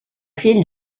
fil